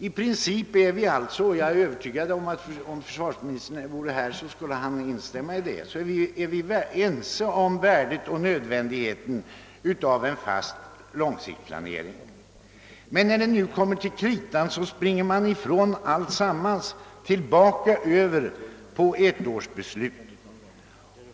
I princip är vi alltså jag är övertygad om att försvarsministern, om han vore här, skulle instämma i det — ense om värdet och önskvärdheten av en fast långsiktsplanering. Men när det nu kommer till kritan, springer man ifrån alltsammans tillbaka till ettårsbeslut.